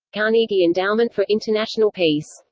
carnegie endowment for international peace.